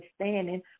understanding